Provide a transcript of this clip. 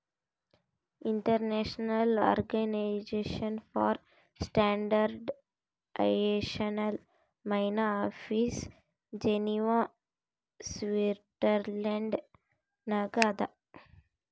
international organization for standardization main office Geneva Switzerland ನಾಗ್ ಅದಾ